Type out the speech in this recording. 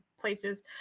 places